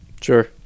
Sure